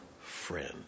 friend